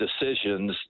decisions